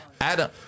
Adam